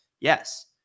Yes